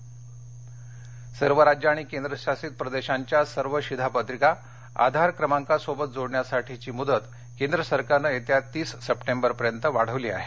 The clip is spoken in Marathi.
मुदत सर्व राज्यं आणि केंद्रशासित प्रदेशांच्या सर्व शिधापत्रिका आधार क्रमाकांसोबत जोडण्यासाठीची मुदत केंद्र सरकारनं येत्या तीस सप्टेंबरपर्यंत वाढवली आहे